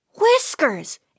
Whiskers